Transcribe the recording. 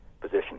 position